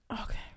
Okay